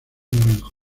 naranjo